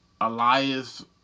Elias